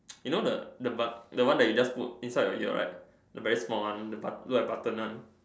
you know the the bud the one that you just put inside your ear right the very small one look like button one